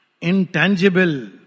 intangible